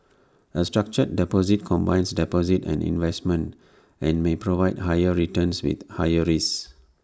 A structured deposit combines deposits and investments and may provide higher returns with higher risks